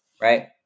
Right